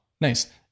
Nice